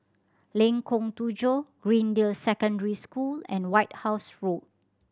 Lengkong Tujuh Greendale Secondary School and White House Road